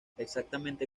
exactamente